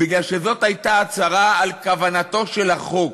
בגלל שזאת הייתה הצהרה על כוונתו של החוק,